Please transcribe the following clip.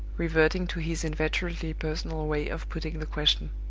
reverting to his inveterately personal way of putting the question.